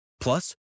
Plus